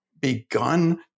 begun